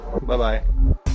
Bye-bye